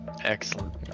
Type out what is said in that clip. excellent